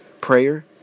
prayer